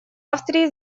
австрии